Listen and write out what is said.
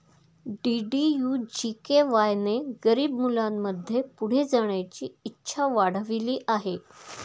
DDU GKY ने गरीब मुलांमध्ये पुढे जाण्याची इच्छा वाढविली आहे